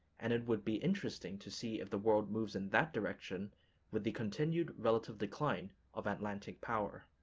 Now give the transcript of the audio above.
and it would be interesting to see if the world moves in that direction with the continued relative decline of atlantic power.